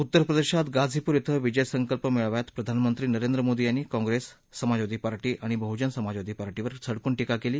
उत्तर प्रदेशात गाझीपूर कें विजय संकल्प मेळाव्यात प्रधानमंत्री नरेंद्र मोदी यांनी काँप्रेस समाजवादी पार्टी आणि बहुजन समाजवादी पार्टीवर सडकून टीका केली